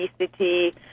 obesity